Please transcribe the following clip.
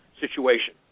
situation